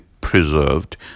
preserved